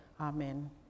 amen